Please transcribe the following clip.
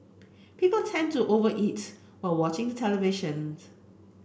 people tend to over eat while watching the televisions